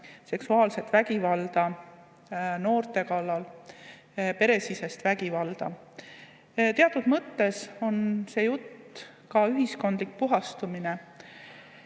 seksuaalset vägivalda noorte kallal, ka peresisest vägivalda. Teatud mõttes on see jutt ka ühiskondlik puhastumine.